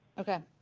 okay,